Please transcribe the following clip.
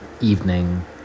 evening